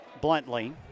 bluntly